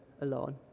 alone